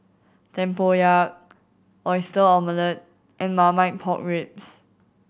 tempoyak Oyster Omelette and Marmite Pork Ribs